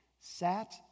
sat